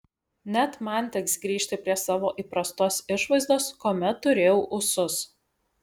net man teks grįžti prie savo įprastos išvaizdos kuomet turėjau ūsus